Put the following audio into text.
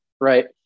right